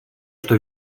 что